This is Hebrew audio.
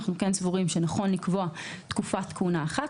אנחנו סבורים שנכון לקבוע תקופת כהונה אחת,